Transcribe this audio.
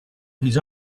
his